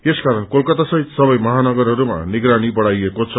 यसकारण कलकता सहित सबै महानगरहरूमा निगरानी बढ़ाइएको छ